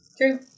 True